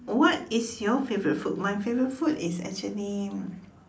what is your favourite food my favourite food is actually